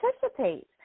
participate